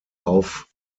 auf